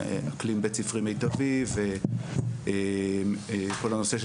אקלים בית ספרי מיטבי וכל הנושא של